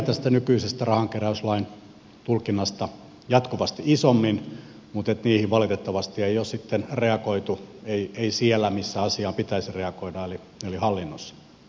tästä nykyisestä rahankeräyslain tulkinnasta selkeästi aiheutuu ongelmia jatkuvasti isommin mutta niihin valitettavasti ei ole sitten reagoitu siellä missä asiaan pitäisi reagoida eli hallinnossa